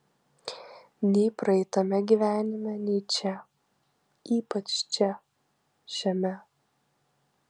nei praeitame gyvenime nei čia ypač čia šiame